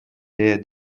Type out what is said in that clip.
dare